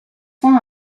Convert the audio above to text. fin